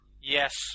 Yes